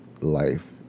life